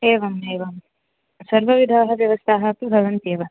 एवम् एवं सर्वविधाः व्यवस्थाः अपि भवन्त्येव